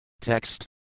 Text